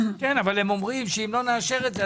אבל הם אומרים שאם לא נאשר את זה,